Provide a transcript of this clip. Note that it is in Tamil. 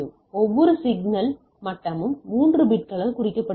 ஒவ்வொரு சிக்னல் மட்டமும் 3 பிட்களால் குறிக்கப்படுகிறது